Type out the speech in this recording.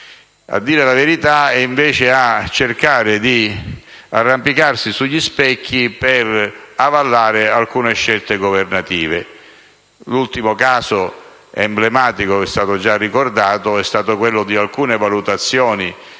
a dire la verità; essi cercano invece di arrampicarsi sugli specchi, per avallare alcune scelte governative. L'ultimo caso emblematico, che è stato già ricordato, è stato quello di alcune valutazioni